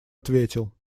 ответил